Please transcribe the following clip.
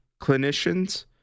clinicians